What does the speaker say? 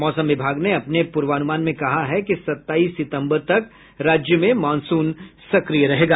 मौसम विभाग ने अपने पूर्वानुमान में कहा है कि सताईस सितम्बर तक राज्य में मॉनसून सक्रिय रहेगा